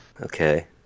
Okay